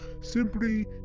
simply